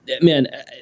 man